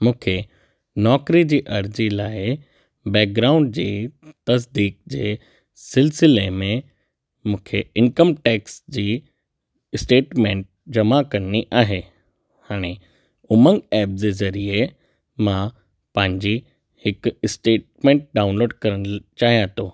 मूंखे नौकिरी जी अर्ज़ी लाइ बैकग्राउंड जी तसिदीक़ जे सिलसिले में मूंखे इनकम टैक्स जी स्टेटमेंट जमा करिणी आहे हाणे उमंग ऐप जे ज़रिए मां पंहिंजी हिकु स्टेटमेंट डाउनलोड करणु चाहियां थो